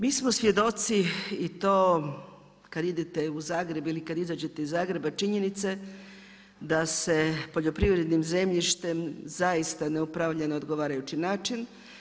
Mi smo svjedoci i to, kad idete u Zagreba ili kad izađete iz Zagreba, činjenice, da se poljoprivrednim zemljištem zaista ne upravlja na odgovarajući način.